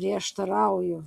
prieštarauju